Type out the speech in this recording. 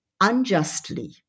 unjustly